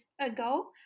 ago